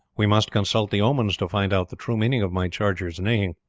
we must consult the omens to find out the true meaning of my charger's neighing.